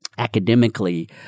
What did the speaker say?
academically